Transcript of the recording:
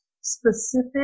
specific